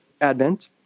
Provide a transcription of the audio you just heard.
Advent